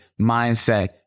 mindset